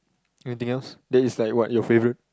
anything else that is like what you faourite